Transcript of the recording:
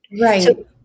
Right